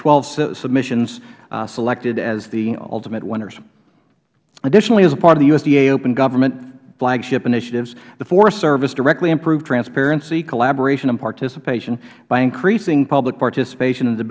twelve submissions selected as the ultimate winners additionally as a part of the usda open government flagship initiatives the forest service directly improved transparency collaboration and participation by increasing public participation in